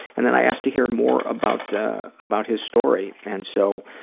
and then i asked to hear more about about his story. and so,